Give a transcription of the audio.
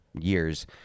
years